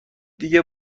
دیگه